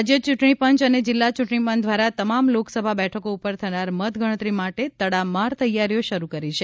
રાજ્ય ચૂંટણીપંચ અને જિલ્લા ચૂંટણી પંચ દ્વારા તમામ લોકસભા બેઠકો ઉપર થનાર મતગણતરી માટે તડામાર તૈયારીઓ શરૂ કરી છે